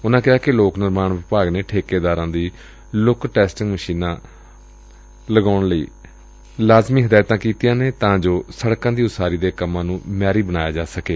ਉਨਾਂ ਕਿਹਾ ਕਿ ਲੋਕ ਨਿਰਮਾਣ ਵਿਭਾਗ ਨੇ ਠੇਕੇਦਾਰਾਂ ਲਈ ਲੁੱਕ ਟੈਸਟਿੰਗ ਮਸ਼ੀਨਾਂ ਲਗਾਉਣੀਆਂ ਲਾਜ਼ਮੀ ਕਰ ਦਿੱਤੀਆਂ ਨੇ ਤਾਂ ਜੋ ਸੜਕਾਂ ਦੀ ਉਸਾਰੀ ਦੇ ਕੰਮਾਂ ਨੂੰ ਮਿਆਰੀ ਬਣਾਇਆ ਜਾ ਸਕੇ